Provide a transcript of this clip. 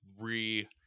re